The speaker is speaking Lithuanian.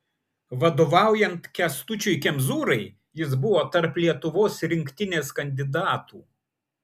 vadovaujant kęstučiui kemzūrai jis buvo tarp lietuvos rinktinės kandidatų